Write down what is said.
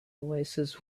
oasis